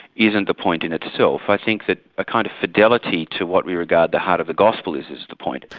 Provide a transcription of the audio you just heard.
isn't the point in itself. i think that a kind of fidelity to what we regard the heart of the gospel is, is the point.